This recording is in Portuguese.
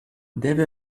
deve